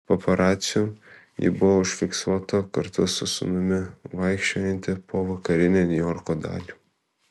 paparacių ji buvo užfiksuota kartu su sūnumi vaikščiojanti po vakarinę niujorko dalį